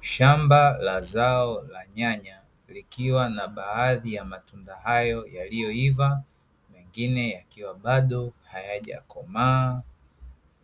Shamba la zao la nyanya, likiwa na matunda hayo yaliyoiva na mengine yakiwa bado hayajakomaa,